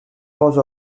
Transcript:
cause